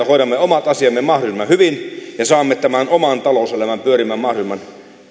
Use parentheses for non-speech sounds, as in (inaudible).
(unintelligible) hoidamme omat asiamme mahdollisimman hyvin ja saamme tämän oman talouselämän pyörimään mahdollisimman